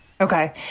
okay